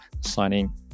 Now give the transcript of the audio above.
signing